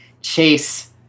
Chase